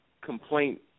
complaint